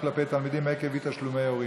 כלפי תלמידים עקב אי-תשלומי הורים,